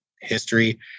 history